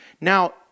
Now